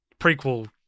prequel